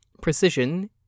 precision